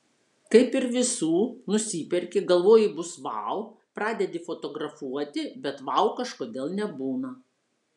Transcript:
kaip ir visų nusiperki galvoji bus vau pradedi fotografuoti bet vau kažkodėl nebūna